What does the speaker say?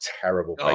terrible